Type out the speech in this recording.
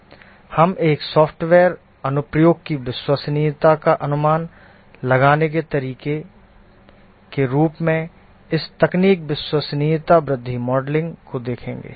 हम एक सॉफ्टवेयर अनुप्रयोग की विश्वसनीयता का अनुमान लगाने के तरीके के रूप में इस तकनीक विश्वसनीयता वृद्धि मॉडलिंग को देखेंगे